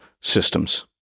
systems